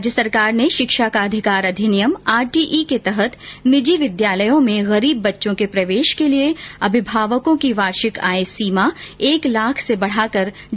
राज्य सरकार ने शिक्षा का अधिकार अधिनियम आरटीई के तहत निजी विद्यालयों में गरीब बच्चों के प्रवेश के लिए अभिमावकों की वार्षिक आय सीमा एक लाख से बढाकर ढाई लाख रूपये कर दी है